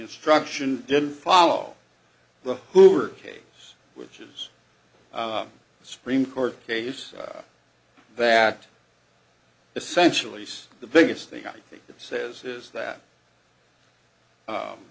instruction didn't follow the hoover case which is the supreme court case that essentially says the biggest thing i think it says is that